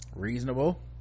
reasonable